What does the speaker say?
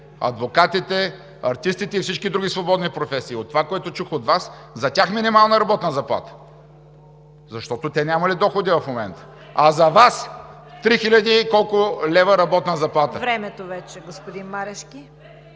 адвокатите, артистите и всички други свободни професии, от това, което чух от Вас – за тях минимална работна заплата, защото те нямали доходи в момента. А за Вас – три хиляди и колко лева работна заплата. (Реплики